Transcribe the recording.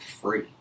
free